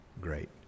great